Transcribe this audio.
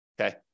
Okay